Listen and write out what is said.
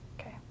Okay